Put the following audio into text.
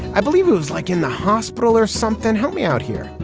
i believe it was like in the hospital or something. help me out here.